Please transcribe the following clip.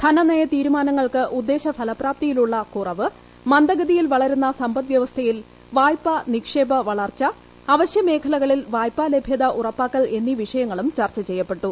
ധനനയ തീരുമാനങ്ങൾക്ക് ഉദ്ദേശ ഫലപ്രാപ്തിയിലുള്ള കുറവ് മന്ദഗതിയിൽ വളരുന്ന സമ്പദ്വ്യവസ്ഥയിൽ വായ്പാ നിക്ഷേപ വളർച്ച അവശ്യ മേഖലകളിൽ വായ്പാ ലഭ്യത ഉറപ്പാക്കൽ എന്നീ വിഷയങ്ങളും ചർച്ച ചെയ്യപ്പെട്ടു